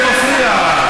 זה מפריע.